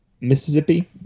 Mississippi